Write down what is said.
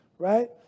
right